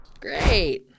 Great